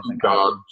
God